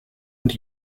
und